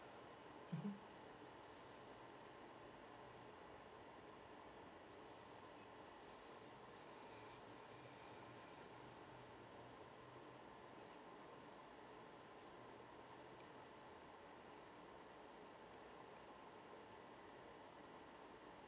mmhmm